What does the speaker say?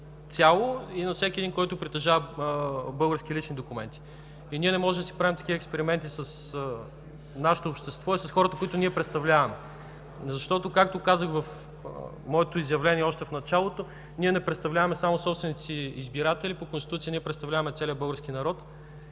и на всеки един, който притежава български лични документи и ние не можем да си правим такива експерименти с нашето общество и с хората, които ние представляваме, защото, както казах в моето изявление още в началото, ние не представляваме само собствените си избиратели. По Конституция ние представляваме целия български народ